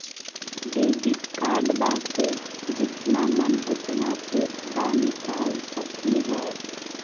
Debit कार्डबा से जितना मन उतना पेसबा निकाल सकी हय?